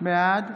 בעד